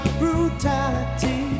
brutality